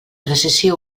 decisió